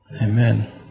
Amen